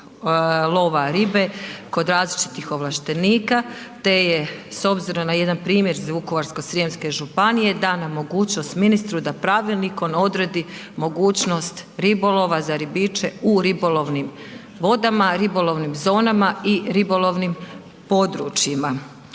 lova ribe kod različitih ovlaštenika te je s obzirom na jedan primjer iz Vukovarsko-srijemske županije dana mogućnost ministru da pravilnikom odredi mogućnost ribolova za ribiče u ribolovnim vodama, ribolovnim zonama i ribolovnim područjima.